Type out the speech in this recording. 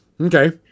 Okay